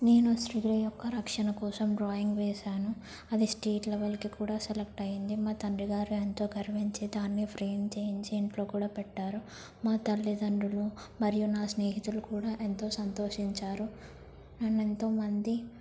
నేను స్త్రీల యొక్క రక్షణ కోసం డ్రాయింగ్ వేసాను అది స్టేట్ లెవెల్కి కూడా సెలెక్ట్ అయింది మా తండ్రిగారు ఎంతో గర్వించి దాన్ని ఫ్రేమ్ చేయించి ఇంట్లో కూడా పెట్టారు మా తల్లిదండ్రులు మరియు నా స్నేహితులు కూడా ఎంతో సంతోషించారు నన్ను ఎంతోమంది